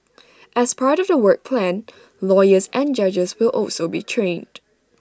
as part of the work plan lawyers and judges will also be trained